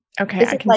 Okay